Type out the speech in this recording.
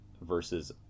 versus